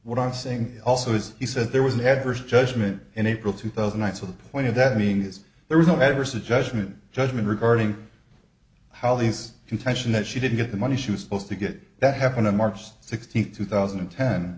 what i'm saying also is he said there was an adverse judgment in april two thousand ites with a point of that meaning is there was no adverse a judgment judgment regarding how these contention that she didn't get the money she was supposed to get that happened on march sixteenth two thousand and ten